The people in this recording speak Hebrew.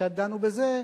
וקצת דנו בזה,